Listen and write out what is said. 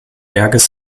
berges